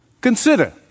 Consider